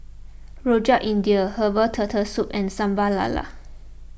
Rojak India Herbal Turtle Soup and Sambal Lala